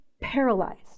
paralyzed